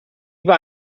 bei